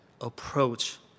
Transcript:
approach